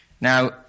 Now